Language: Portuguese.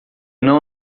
não